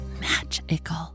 magical